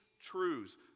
truths